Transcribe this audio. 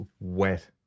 wet